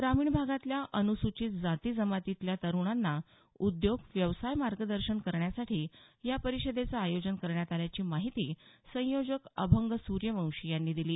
ग्रामीण भागातील अनुसूचित जाती जमातीतील तरुणांना उद्योग व्यवसाय मार्गदर्शन करण्यासाठी या परिषदेचं आयोजन करण्यात आल्याची माहिती संयोजक अभंग सूर्यवंशी यांनी दिली